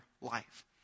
life